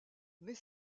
mais